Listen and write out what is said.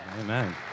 Amen